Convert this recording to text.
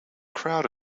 crowd